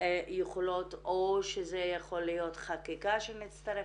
יכולות או שזה יכול להיות חקיקה שנצטרך